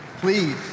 please